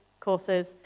courses